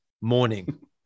morning